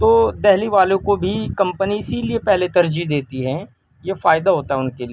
تو دہلی والوں کو بھی کمپنی اسی لیے پہلے ترجیح دیتی ہے یہ فائدہ ہوتا ہے ان کے لیے